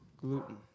gluten